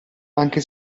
anche